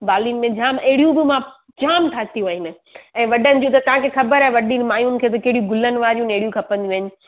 बालिनि में जाम अहिड़ियूं बि मां जाम ठातियूं आहियूं ऐं वॾनि जूं त तव्हांखे ख़बर आहे वॾियुनि माइयुनि खे बि कहिड़ियूं गुलनि वारियूं नेड़ियूं खपंदियूं आहिनि